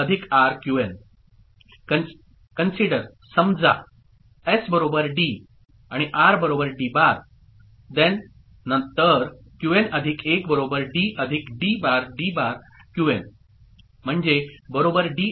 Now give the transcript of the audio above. Qn Consider S D R D' Then Qn1 D D"